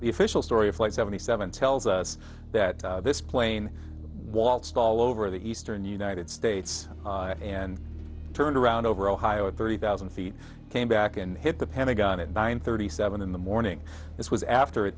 the official story of flight seventy seven tells us that this plane waltzed all over the eastern united states and turned around over ohio at thirty thousand feet came back and hit the pentagon it bind thirty seven in the morning this was after